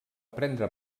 prendre